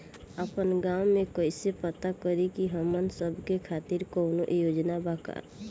आपन गाँव म कइसे पता करि की हमन सब के खातिर कौनो योजना बा का?